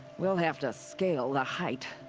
we'll have to scale the height.